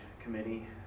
Committee